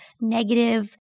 negative